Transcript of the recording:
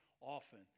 often